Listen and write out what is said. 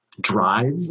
drive